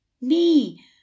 Me